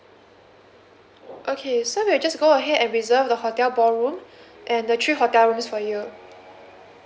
okay so we'll just go ahead and reserve the hotel ballroom and the three hotel rooms for you